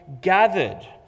gathered